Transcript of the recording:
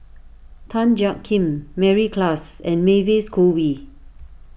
Tan Jiak Kim Mary Klass and Mavis Khoo Oei